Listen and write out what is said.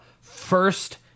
first